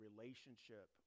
relationship